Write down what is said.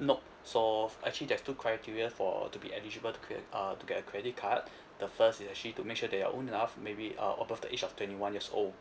nope so actually there's two criteria for to be eligible to get uh to get a credit card the first is actually to make sure that you are old enough maybe uh above the age of twenty one years old